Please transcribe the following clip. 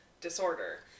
disorder